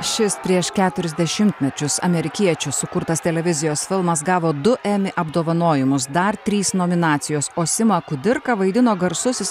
šis prieš keturis dešimtmečius amerikiečių sukurtas televizijos filmas gavo du emi apdovanojimus dar trys nominacijos o simą kudirką vaidino garsusis